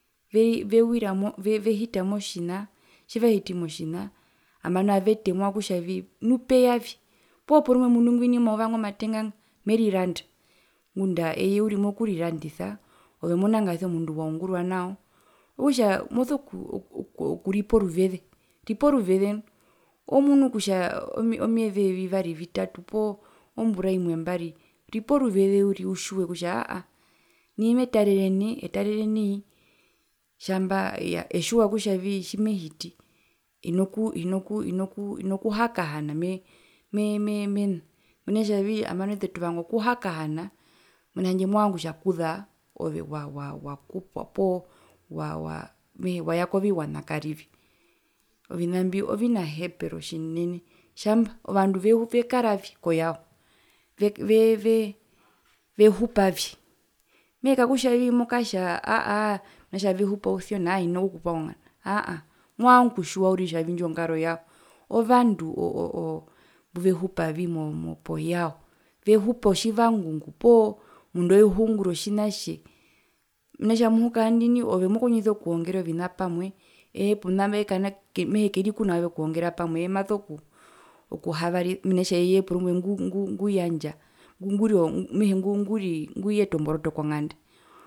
Nai vewiramo vehita motjina tjivahiti motjina nambano avetemwa kutjavii nu peyavi poo porumwe omundu ngwina omayuva ingo matenga ngo meriranda ngunda eye uri mokurirandisa ove monangasi omundu waungurwa nao, okutja moso oku okuripa oruveze ripa oruveze nu omunu kutja omyeze vivari vitatu poo mbura imwe mbari ripa oruveze uriri nai umune kutja aahaa nai metarere nai etarere nai tjamba etjiwa kutjavii tjimehiti hina ku haina ku hina ku hina kuhakahana mee me me mena nambano ete tuvanga okuhakahana mena kutja movangakutja kuza ove wa wa wakupwa poo wa wa mehee waya koviwana karive. ovina mbi ovinahepero tjinene tjamba ovandu ve ve vekaravi koyao veve vehupavi mehee kakutjavii mokatja mena kutja vehupa ousionaa hino kukupwa monganda ndjo aahaa mwango kutjiwa uriri kutjavi indjo ngaro yao ovandu o o oo mbuvehupavi mo mo poyao vehupa otjiwangungu poo omundu auhe uungura otjinatje mena rokutja muhukaandini ove mokondjisa okuwongera ovina pamwe eye ponambo kena mehee keri kunaove okuwongera pamwe eye maso kuhavarisa mehee mena rokutja eye onguyandja onguri oo mehee onguri okuyeta omboroto konganda.